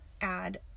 add